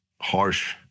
harsh